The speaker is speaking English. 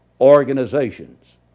organizations